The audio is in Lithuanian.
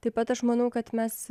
taip pat aš manau kad mes